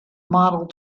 model